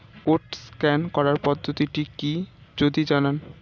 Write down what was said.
Code scan করার পদ্ধতিটি কি যদি জানান?